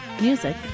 Music